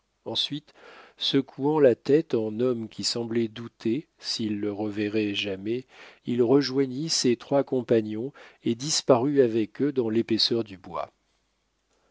ensuite secouant la tête en homme qui semblait douter s'il le reverrait jamais il rejoignit ses trois compagnons et disparut avec eux dans l'épaisseur du bois